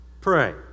pray